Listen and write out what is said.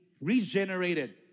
regenerated